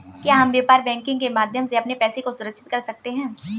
क्या हम व्यापार बैंकिंग के माध्यम से अपने पैसे को सुरक्षित कर सकते हैं?